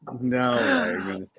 No